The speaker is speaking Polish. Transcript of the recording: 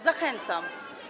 Zachęcam.